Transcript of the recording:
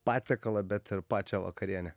patiekalą bet ir pačią vakarienę